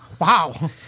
Wow